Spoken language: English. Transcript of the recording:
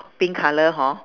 pink colour hor